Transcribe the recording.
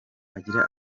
agira